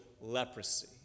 leprosy